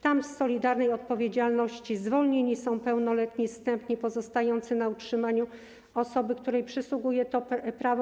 Tam z solidarnej odpowiedzialności zwolnieni są pełnoletni zstępni pozostający na utrzymaniu osoby, której przysługuje to prawo.